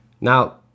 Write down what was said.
Now